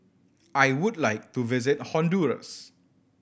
I would like to visit Honduras